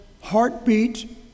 heartbeat